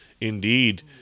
indeed